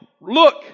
Look